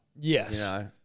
Yes